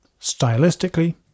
stylistically